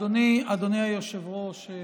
אדוני היושב-ראש,